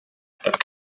have